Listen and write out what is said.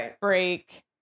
break